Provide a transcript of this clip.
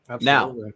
Now